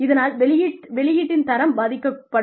இதனால் வெளியீட்டின் தரம் பாதிக்கப்படும்